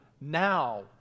now